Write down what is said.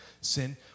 sin